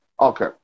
Okay